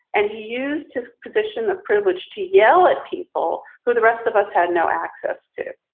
and he used his position of privilege to yell at people who the rest of us had no access to.